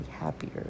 happier